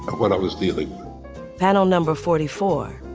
what i was feeling panel number forty four,